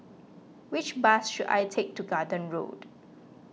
which bus should I take to Garden Road